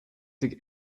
die